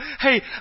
hey